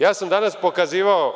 Ja sam danas pokazivao…